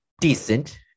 decent